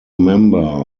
member